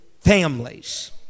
families